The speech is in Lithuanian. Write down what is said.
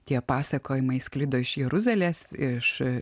tie pasakojimai sklido iš jeruzalės iš